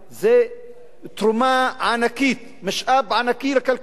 זו תרומה ענקית, משאב ענקי לכלכלה.